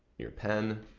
your pen,